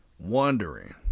Wondering